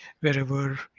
wherever